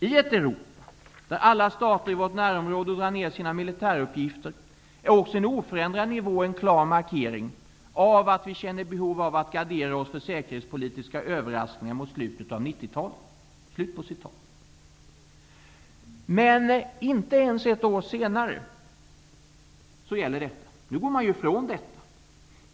I ett Europa, där alla stater i vårt närområde drar ned sina militärutgifter, är också en oförändrad nivå en klar markering av att vi känner behov av att gardera oss för säkerhetspolitiska överraskningar mot slutet av 90-talet.'' Men inte ens ett år senare gäller detta. Nu går man ju ifrån det.